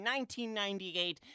1998